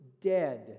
dead